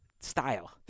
style